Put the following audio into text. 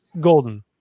Golden